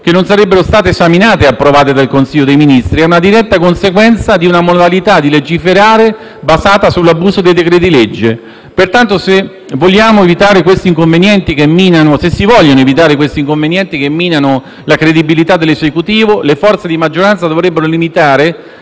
che non sarebbero state esaminate e approvate dal Consiglio dei ministri, è una diretta conseguenza di una modalità di legiferare basata sull'abuso dei decreti-legge. Pertanto, se si vogliono evitare questi inconvenienti che minano la credibilità dell'Esecutivo, le forze di maggioranza dovrebbero limitare